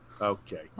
okay